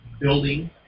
building